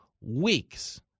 weeks